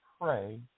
pray